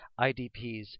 IDPs